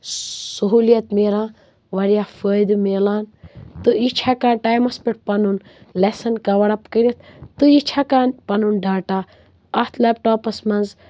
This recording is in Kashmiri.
سُہوٗلیت میلان وارِیاہ فٲیدِ میلان تہٕ یہِ چھِ ہٮ۪کان ٹایمس پٮ۪ٹھ پنُن لیٚسن کَور اپ کٔرِتھ تہٕ یہِ چھِ ہٮ۪کان پنُن ڈاٹا اَتھ لیٚپٹاپس منٛز